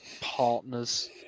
partners